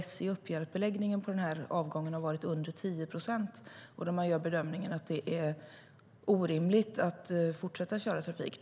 SJ uppger att beläggningen på denna avgång har varit under 10 procent och gör bedömningen att det är orimligt att fortsätta med trafik.